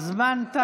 הזמן תם.